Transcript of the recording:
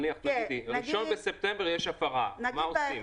נניח, תגידי, אם ב-1 בספטמבר יש הפרה, מה עושים?